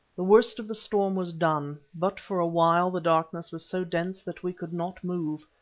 the worst of the storm was done, but for a while the darkness was so dense that we could not move,